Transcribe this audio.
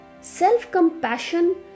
Self-compassion